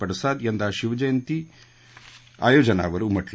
पडसाद यंदा शिवजंयती आयोजनावर उमटले